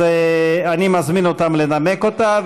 אז אני מזמין אותם לנמק אותה,